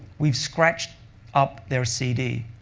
we've scratched up their cd.